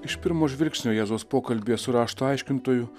iš pirmo žvilgsnio jėzaus pokalbyje su rašto aiškintoju